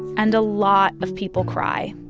and a lot of people cry.